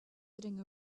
sitting